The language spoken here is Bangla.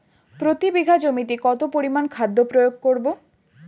প্রতি বিঘা জমিতে কত পরিমান খাদ্য প্রয়োগ করব?